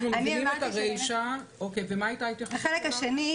החלק השני,